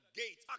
gate